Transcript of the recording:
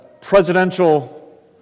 presidential